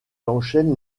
enchaîne